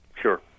Sure